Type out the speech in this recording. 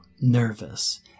nervous